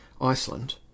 Iceland